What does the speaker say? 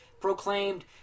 proclaimed